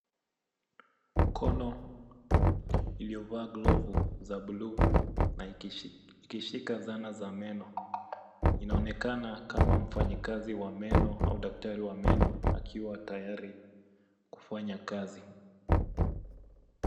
Mkono iliyovaa glavu za bluu na ikishika zana za meno. Inaonekana kama mfanyakazi wa meno au daktari wa meno akiwa tayari kufanya kazi.